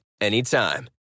anytime